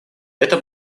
это